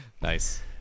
Nice